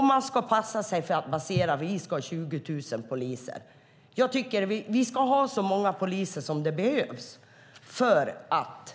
Man ska också passa sig för att ange en bas, att vi ska ha 20 000 poliser. Vi ska ha så många poliser som det behövs för att